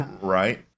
Right